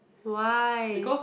why